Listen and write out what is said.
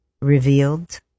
revealed